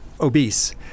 obese